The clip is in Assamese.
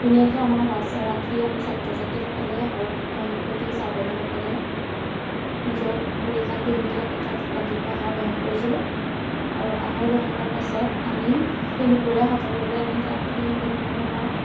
ধুনীয়াকে আমাৰ বাছ ৰাখি আমি ছাত্ৰ ছাত্ৰীসকলে আৰু শিক্ষক শিক্ষয়িত্ৰী ছাৰ বাইদেউসকলে নিজৰ ভৰি হাত ধুই মেলি আমি তাত ৰাতিপুৱা আহাৰ গ্ৰহণ কৰিছিলোঁ আৰু আহাৰ গ্ৰহণ কৰাৰ পাছত আমি সেই দুপৰীয়া সাজৰ বাবে আমি তাত এই বিভিন্ন ধৰণৰ